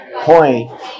point